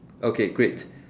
okay great